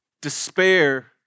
Despair